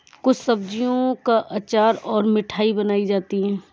कुछ सब्जियों का अचार और मिठाई बनाई जाती है